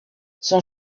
son